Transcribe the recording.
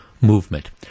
movement